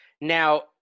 Now